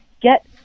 get